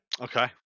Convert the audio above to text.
Okay